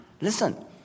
Listen